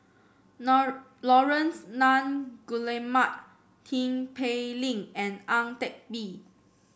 Laurence Nunn Guillemard Tin Pei Ling and Ang Teck Bee